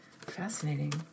Fascinating